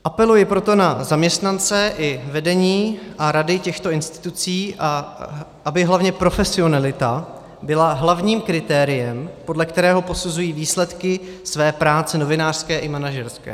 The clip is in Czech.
Apeluji proto na zaměstnance, vedení a rady těchto institucí, aby hlavně profesionalita byla hlavním kritériem, podle kterého posuzují výsledky své práce novinářské i manažerské.